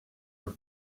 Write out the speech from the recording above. are